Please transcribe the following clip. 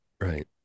Right